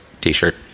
t-shirt